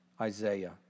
Isaiah